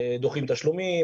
דוחים תשלומים,